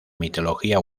mitología